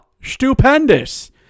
stupendous